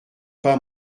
pas